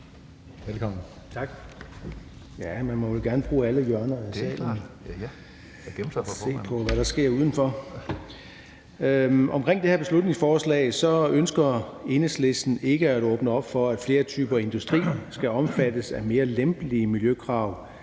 Tak. Ja, man må vel gerne bruge alle hjørner af salen og se på, hvad der sker udenfor. Omkring det her beslutningsforslag ønsker Enhedslisten ikke at åbne op for, at flere typer industri skal omfattes af mere lempelige miljøkrav